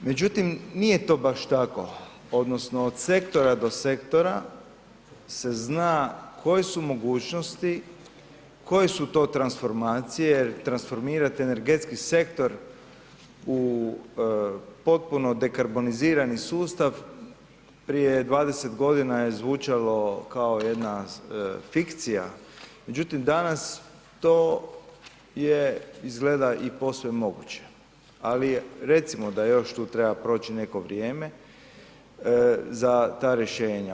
Međutim nije to baš tako odnosno od sektora do sektora se zna koje su mogućnosti, koje su transformacije jer transformirate energetski sektor u potpuno dekarbonizirani sustav. prije 20 g. je zvučalo kao jedna fikcija međutim danas to je i izgleda posve moguće ali recimo da još tu treba proć neko vrijeme za ta rješenja.